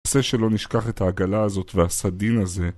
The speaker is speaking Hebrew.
שלא נשכח את העגלה הזאת והסדין הזה